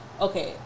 okay